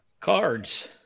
cards